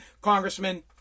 congressman